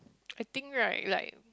I think right like